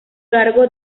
largo